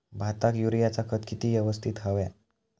भाताक युरियाचा खत किती यवस्तित हव्या?